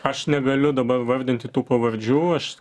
aš negaliu dabar vardinti tų pavardžių aš